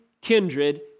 kindred